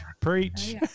Preach